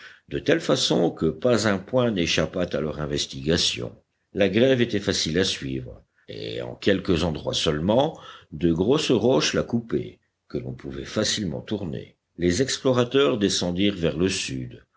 de telle façon que pas un point n'échappât à leurs investigations la grève était facile à suivre et en quelques endroits seulement de grosses roches la coupaient que l'on pouvait facilement tourner les explorateurs descendirent vers le sud